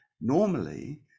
normally